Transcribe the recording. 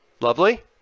Lovely